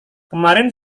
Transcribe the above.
kemarin